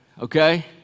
Okay